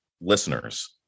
listeners